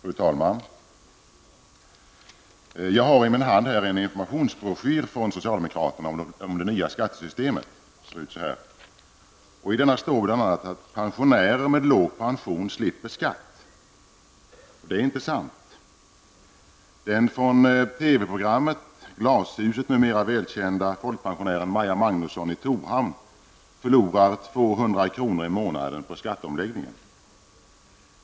Fru talman! Jag har här i min hand en informationsbroschyr från socialdemokraterna om det nya skattesystemet. I denna står bl.a. att pensionärer med låg pension slipper skatt. Det är inte sant. Torhamn förlorar 200 kr. i månaden på skatteomläggningen.